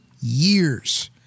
years